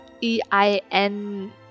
e-i-n